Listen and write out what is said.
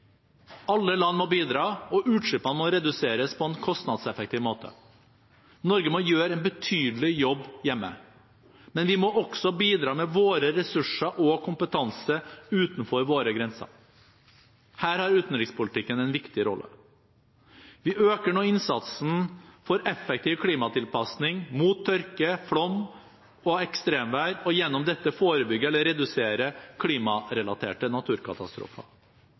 Alle land må bidra, og utslippene må reduseres på en kostnadseffektiv måte. Norge må gjøre en betydelig jobb hjemme, men vi må også bidra med våre ressurser og vår kompetanse utenfor våre grenser. Her har utenrikspolitikken en viktig rolle. Vi øker nå innsatsen for en effektiv klimatilpasning – mot tørke, flom og ekstremvær, og gjennom dette forebygge eller redusere klimarelaterte naturkatastrofer.